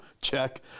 check